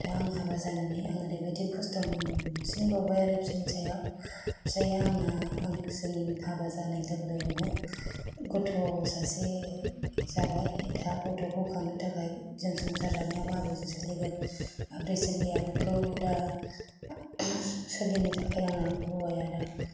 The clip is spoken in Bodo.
दा आं हाबा जानानै आं ओरैबायदि खस्थ' मोनसिन बावबाय आरो फिसायनि सायाव फिसाया आंना आंजों हाबा जानाय लोगो लोगोनो गथ' सासे जाबाय दा गथ'खौ खांनो थाखाय जों संसार जानाया माब्रै सोलिगोन माब्रै सोलिआ बेखौ दा सोलिनो थाखाय आंङो हौवाया दा